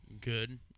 good